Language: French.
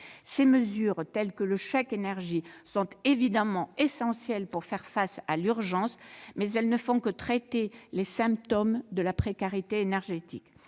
Ces mesures, telles que le chèque énergie, sont évidemment essentielles pour faire face à l'urgence, mais elles ne font que traiter les symptômes de la précarité énergétique.